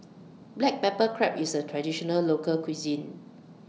Black Pepper Crab IS A Traditional Local Cuisine